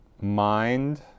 Mind